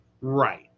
Right